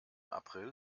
april